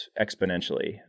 exponentially